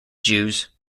jews